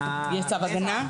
יש צו הגנה.